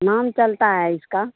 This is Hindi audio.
नाम चलता है इसका